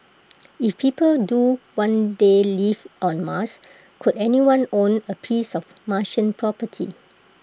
if people do one day live on Mars could anyone own A piece of Martian property